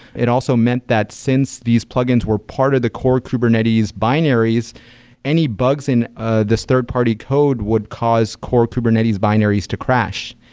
it also meant that since these plug-ins were part of the core kubernetes binaries, any bugs in ah this third party code would cause core kubernetes binaries to crash.